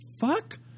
fuck